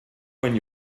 when